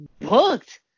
Booked